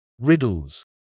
riddles